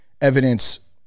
evidence